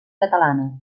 catalana